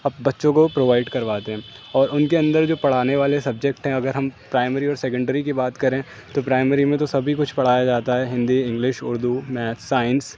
اب بچوں کو پرووائڈ کرواتے ہیں اور ان کے اندر جو پڑھانے والے سبجیکٹ ہیں اگر ہم پرائمری اور سیکنڈری کی بات کریں تو پرائمری میں تو سبھی کچھ پڑھایا جاتا ہے Hindi English Urdu maths science